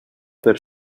per